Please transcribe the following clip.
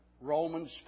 Romans